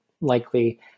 likely